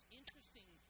interesting